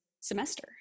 semester